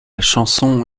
chanson